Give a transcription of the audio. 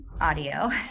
audio